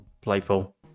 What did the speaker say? playful